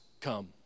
come